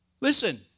Listen